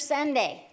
Sunday